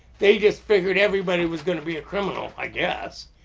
they just figured everybody was going to be a criminal, i guess.